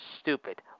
stupid